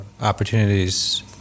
opportunities